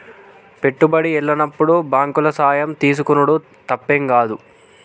పెట్టుబడి ఎల్లనప్పుడు బాంకుల సాయం తీసుకునుడు తప్పేం గాదు